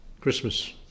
Christmas